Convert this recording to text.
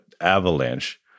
avalanche